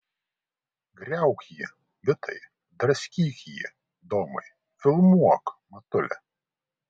griauk jį vitai draskyk jį domai filmuok matuli